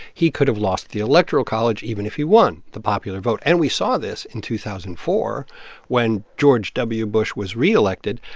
he could have lost the electoral college even if he won the popular vote. and we saw this in two thousand and four when george w. bush was re-elected.